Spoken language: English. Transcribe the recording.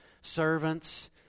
servants